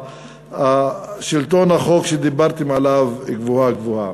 שלטון החוק שדיברתם עליו גבוהה-גבוהה?